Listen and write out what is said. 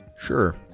sure